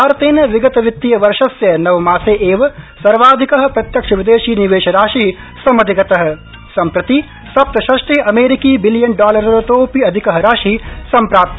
भारतेन विगत वित्तीय वर्षस्य नवमासे एव सर्वाधिक प्रत्यक्ष विदेशी निवेशराशि समधिगत सम्प्रति सप्तषष्टि अमेरिकी बिलियन डॉलरतोपि अधिक राशि सम्प्राप्त